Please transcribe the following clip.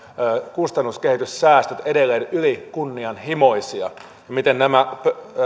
kustannuskehityssäästöt edelleen ylikunnianhimoisia miten nämä